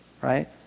right